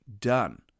done